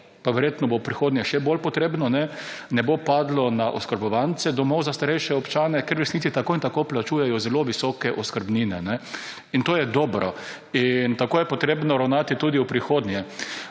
pa verjetno bo v prihodnje še bolj potrebno, ne bo padlo na oskrbovance domov za starejše občane, ker v resnici tako in tako plačujejo zelo visoke oskrbnine in to je dobro in tako je potrebno ravnati tudi v prihodnje,